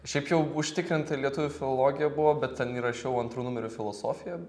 šiaip jau užtikrintai lietuvių filologija buvo bet ten įrašiau antru numeriu filosofiją